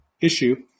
issue